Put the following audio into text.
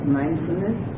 mindfulness